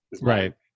right